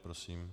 Prosím.